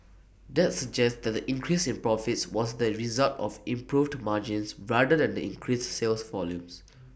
that suggests that the increase in profits was the result of improved margins rather than increased sales volumes